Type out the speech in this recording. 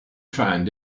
find